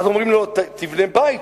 אז אומרים לו: תבנה בית,